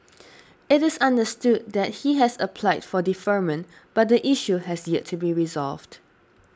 it is understood that he has applied for deferment but the issue has yet to be resolved